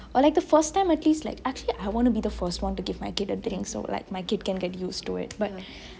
or like the first time at least like actually I want to be the first one to give my kid a drink so that my kid can get used to it but